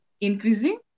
increasing